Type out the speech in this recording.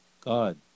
God